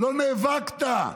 לא נאבקת.